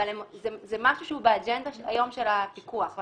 אבל זה משהו שהוא באג'נדה של הפיקוח היום